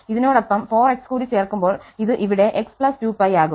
ഇതിനോടൊപ്പം 4x കൂടി കൂട്ടിച്ചേർക്കുമ്പോൾ ഇത് ഇവിടെ x 2π ആകും